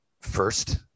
first